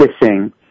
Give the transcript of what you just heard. kissing